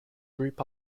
group